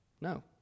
No